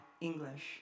English